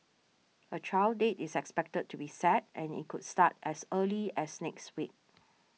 a trial date is expected to be set and it could start as early as next week